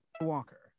Walker